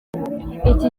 iki